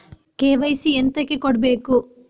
KYC ಎಂತಕೆ ಕೊಡ್ಬೇಕು?